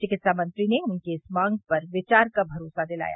चिंकित्सा मंत्री ने उनकी इस मांग पर विचार का भरोसा दिलाया